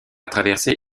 traversée